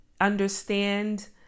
understand